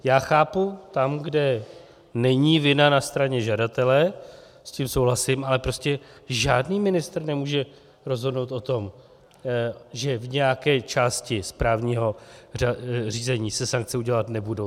Já chápu, tam, kde není vina na straně žadatele, s tím souhlasím, ale prostě žádný ministr nemůže rozhodnout o tom, že v nějaké části správního řízení se sankce udělovat nebudou.